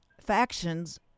factions